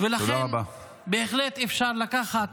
לכן בהחלט אפשר לקחת,